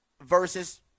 versus